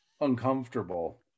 uncomfortable